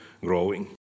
growing